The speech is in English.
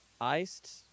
Iced